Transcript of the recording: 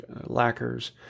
lacquers